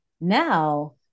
now